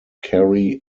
cary